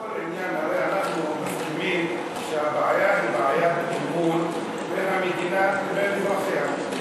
הרי אנחנו מסכימים שהבעיה היא בעיית אמון בין המדינה לבין אזרחיה,